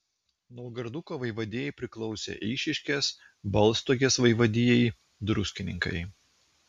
naugarduko vaivadijai priklausė eišiškės balstogės vaivadijai druskininkai